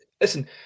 listen